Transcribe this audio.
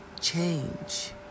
change